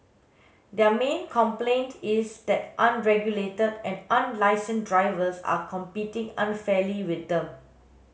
their main complaint is that unregulated and unlicensed drivers are competing unfairly with them